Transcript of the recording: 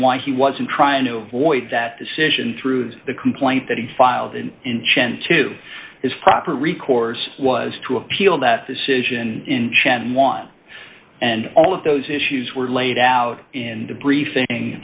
why he wasn't trying to avoid that decision through the complaint that he filed and in chen to his proper recourse was to appeal that decision in chen one and all of those issues were laid out in the briefing